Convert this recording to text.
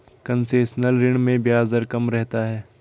concessional ऋण में ब्याज दर कम रहता है